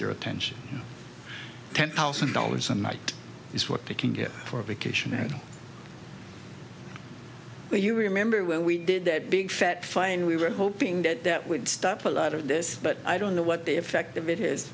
their attention ten thousand dollars a night is what they can get for a vacation and you remember when we did that big fat fine we were hoping that that would stop a lot of this but i don't know what the effect of it has